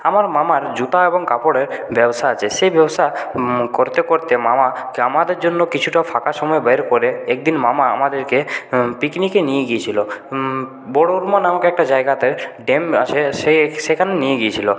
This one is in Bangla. আমার মামার জুতো এবং কাপড়ের ব্যবসা আছে সেই ব্যবসা করতে করতে মামা আমাদের জন্য কিছুটা ফাঁকা সময় বের করে একদিন মামা আমাদেরকে পিকনিকে নিয়ে গিয়েছিল নামক একটা জায়গাতে ড্যাম আছে সেখানে নিয়ে গিয়েছিল